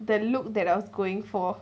that look that I was going for